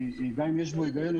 גם אם יש בו היגיון,